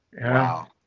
Wow